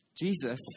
Jesus